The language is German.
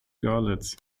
görlitz